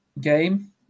game